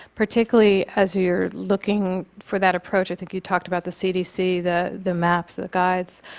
particularly as you're looking for that approach, i think you talked about the cdc, the the maps, the guides.